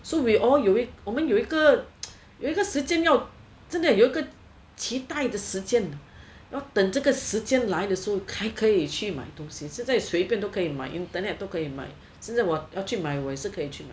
so we all 有我们有一个时间要真的有一个期待的时间要等这个时间来的时候才能去买东西现在随便都可以去买 internet 都可以买现在我要去买我也可以去买